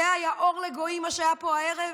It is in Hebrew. זה היה אור לגויים, מה שהיה פה הערב?